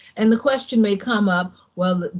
and the question may come up, well,